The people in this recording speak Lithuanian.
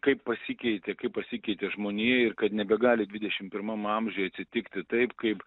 kaip pasikeitė kaip pasikeitė žmonija ir kad nebegali dvidešim pirmam amžiuj atsitikti taip kaip